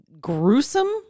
gruesome